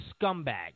scumbag